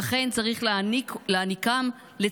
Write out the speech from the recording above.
לכן צריך להעניקם, את